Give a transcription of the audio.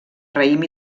raïm